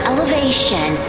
Elevation